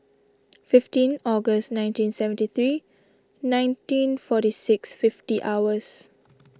fifteen August nineteen seventy three nineteen forty six fifty hours